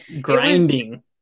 grinding